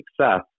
success